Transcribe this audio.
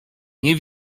nie